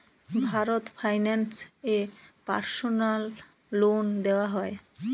Bharat finance এ personal loan দেওয়া হয়?